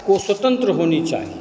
को स्वतंत्र होनी चाहिए